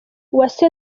uwase